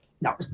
No